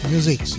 Music